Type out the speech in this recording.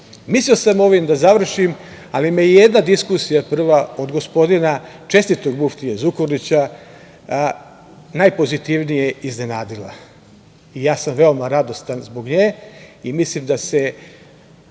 sam ovim da završim, ali me jedna diskusija, prva od gospodina čestitog muftije Zukorlića, najpozitivnije iznenadila. Ja sam veoma radostan zbog nje i mislim da se